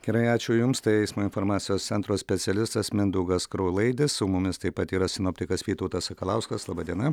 gerai ačiū jums tai eismo informacijos centro specialistas mindaugas kraulaidis su mumis taip pat yra sinoptikas vytautas sakalauskas laba diena